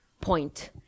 point